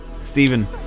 Stephen